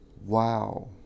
wow